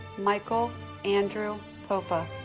michael andrew popa